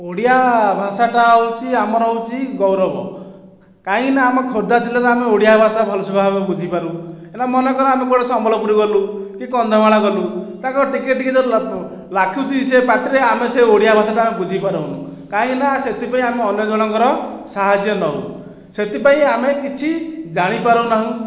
ଓଡ଼ିଆ ଭାଷାଟା ହେଉଛି ଆମର ହେଉଛି ଗୌରବ କାହିଁକିନା ଆମ ଖୋର୍ଦ୍ଧା ଜିଲ୍ଲାରେ ଆମେ ଓଡ଼ିଆ ଭାଷା ଭଲସେ ଭାବେ ବୁଝିପାରୁ ଏଇନା ମନେକର ଆମେ କୁଆଡ଼େ ସମ୍ବଲପୁର ଗଲୁ କି କନ୍ଧମାଳ ଗଲୁ ତାଙ୍କ ଟିକିଏ ଟିକିଏ ଯେଉଁ ଲାଖୁଛି ସେ ପାଟିରେ ଆମେ ସେ ଓଡ଼ିଆ ଭାଷାଟା ବୁଝିପାରିବୁନାହିଁ କାହିଁକିନା ସେଥିପାଇଁ ଆମେ ଅନ୍ୟ ଜଣଙ୍କର ସାହାଯ୍ୟ ନେଉ ସେଥିପାଇଁ ଆମେ କିଛି ଜାଣିପାରୁନାହୁଁ